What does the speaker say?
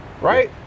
Right